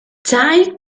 child